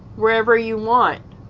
wherever you want